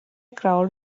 crowd